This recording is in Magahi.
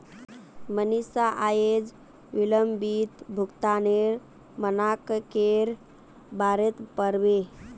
मनीषा अयेज विलंबित भुगतानेर मनाक्केर बारेत पढ़बे